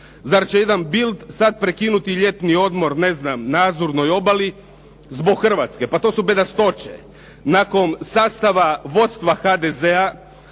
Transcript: Zar će jedan Bildt sad prekinuti ljetni odmor ne znam na Azurnoj obali zbog Hrvatske. Pa to su bedastoče! Nakon sastava vodstva HDZ-a,